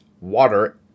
water